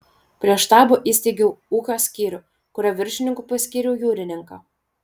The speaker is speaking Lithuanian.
prie štabo įsteigiau ūkio skyrių kurio viršininku paskyriau jūrininką